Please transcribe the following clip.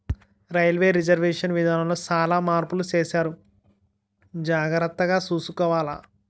railway reservation విధానములో సాలా మార్పులు సేసారు జాగర్తగ సూసుకోవాల